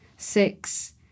Six